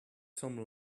some